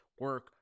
Work